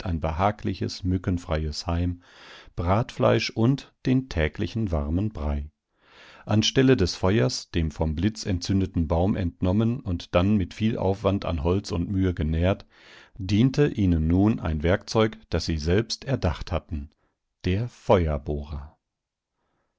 ein behagliches mückenfreies heim bratfleisch und den täglichen warmen brei an stelle des feuers dem vom blitz entzündeten baum entnommen und dann mit viel aufwand an holz und mühe genährt diente ihnen nun ein werkzeug das sie selbst erdacht hatten der